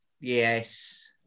Yes